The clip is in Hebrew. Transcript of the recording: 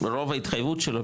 רוב ההתחייבות שלו,